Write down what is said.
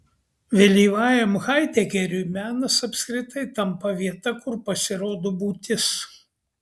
vėlyvajam haidegeriui menas apskritai tampa vieta kur pasirodo būtis